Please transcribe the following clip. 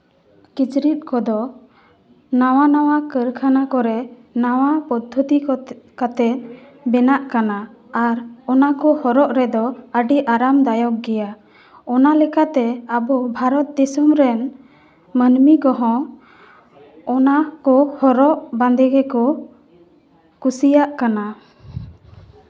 ᱠᱤᱪᱨᱤᱡ ᱠᱚᱫᱚ ᱱᱟᱣᱟᱼᱱᱟᱣᱟ ᱠᱟᱹᱨᱠᱷᱟᱱᱟ ᱠᱚᱨᱮᱜ ᱱᱟᱣᱟ ᱯᱚᱫᱽᱫᱷᱚᱛᱤ ᱠᱟᱛᱮᱜ ᱵᱮᱱᱟᱜ ᱠᱟᱱᱟ ᱟᱨ ᱚᱱᱟ ᱠᱚ ᱦᱚᱨᱚᱜ ᱨᱮᱫᱚ ᱟᱹᱰᱤ ᱟᱨᱟᱢ ᱫᱟᱭᱚᱠ ᱜᱮᱭᱟ ᱚᱱᱟ ᱞᱮᱠᱟᱛᱮ ᱟᱵᱚ ᱵᱷᱟᱨᱚᱛ ᱫᱤᱥᱚᱢ ᱨᱮᱱ ᱢᱟᱹᱱᱢᱤ ᱠᱚᱦᱚᱸ ᱚᱱᱟ ᱠᱚ ᱦᱚᱨᱚᱜ ᱵᱟᱸᱫᱮ ᱜᱮᱠᱚ ᱠᱩᱥᱤᱭᱟᱜ ᱠᱟᱱᱟ